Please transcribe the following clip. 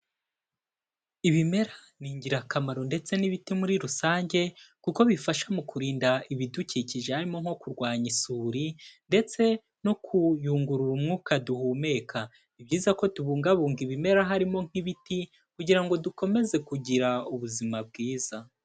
Ibimera ni ingirakamaro ndetse n'ibiti muri rusange, kuko bifasha mu kurinda ibidukikije harimo nko kurwanya isuri ndetse no kuyungurura umwuka duhumeka. Ni byiza ko tubungabunga ibimera harimo nk'ibiti, kugira ngo dukomeze kugira ubuzima bwiza.